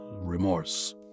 remorse